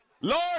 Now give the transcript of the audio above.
Lord